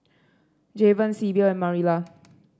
Javen Sybil and Marilla